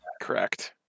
Correct